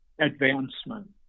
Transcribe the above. advancement